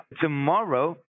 tomorrow